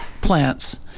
plants